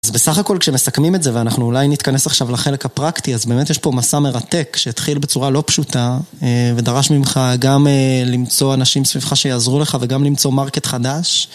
אז בסך הכל כשמסכמים את זה ואנחנו אולי נתכנס עכשיו לחלק הפרקטי אז באמת יש פה מסע מרתק שהתחיל בצורה לא פשוטה ודרש ממך גם למצוא אנשים סביבך שיעזרו לך וגם למצוא מרקט חדש